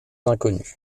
inconnus